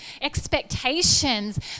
expectations